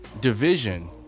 division